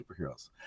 superheroes